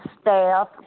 staff